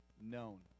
known